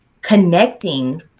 connecting